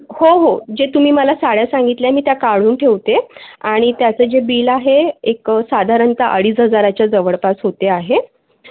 हो हो जे तुम्ही मला साड्या सांगितल्या मी त्या काढून ठेवते आणि त्याचं जे बिल आहे एक साधारणत अडीच हजाराच्या जवळपास होते आहे